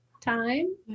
time